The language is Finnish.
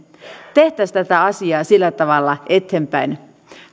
tehtäisiin tätä asiaa sillä tavalla eteenpäin